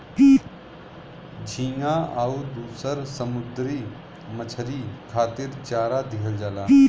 झींगा आउर दुसर समुंदरी मछरी खातिर चारा दिहल जाला